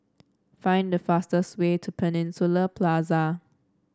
find the fastest way to Peninsula Plaza